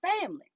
family